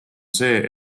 see